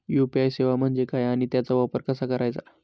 UPI सेवा म्हणजे काय आणि त्याचा वापर कसा करायचा?